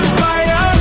fire